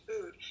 food